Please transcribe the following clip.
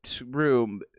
room